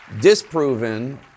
disproven